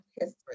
history